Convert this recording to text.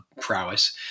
prowess